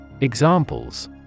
Examples